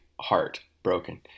heartbroken